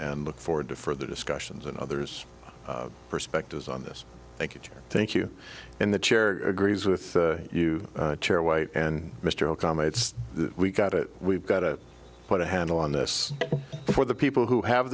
and look forward to further discussions and others perspectives on this thank you thank you and the chair agrees with you chair white and mr okama it's we've got it we've got to put a handle on this for the people who have